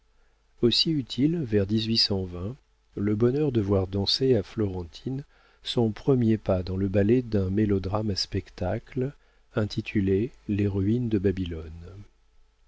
aussi eut-il vers le bonheur de voir danser à florentine son premier pas dans le ballet d'un mélodrame à spectacle intitulé les ruines de babylone